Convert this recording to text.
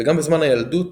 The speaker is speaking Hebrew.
וגם בזמן הילדות